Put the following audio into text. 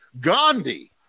Gandhi